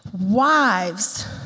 Wives